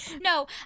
No